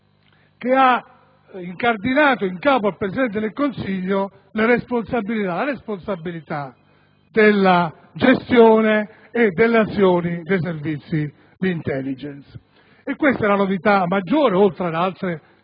che ha incardinato in capo al Presidente del Consiglio dei ministri le responsabilità della gestione e delle azioni dei servizi di *intelligence*. Questa è la novità maggiore oltre ad altre che